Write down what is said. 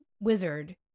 wizard